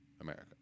America